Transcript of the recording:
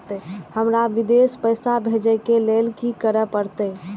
हमरा विदेश पैसा भेज के लेल की करे परते?